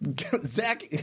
Zach